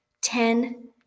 Ten